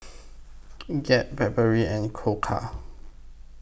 Gap Blackberry and Koka